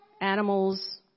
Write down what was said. animals